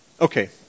Okay